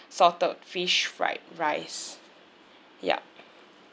salted fish fried rice yup